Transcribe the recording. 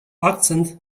akcent